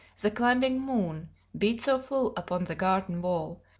the climbing moon beat so full upon the garden wall,